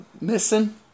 Missing